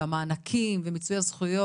המענקים ומיצוי הזכויות.